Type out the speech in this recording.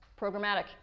programmatic